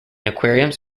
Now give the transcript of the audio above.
aquariums